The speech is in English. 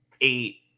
Eight